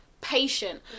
patient